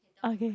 okay